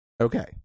okay